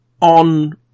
on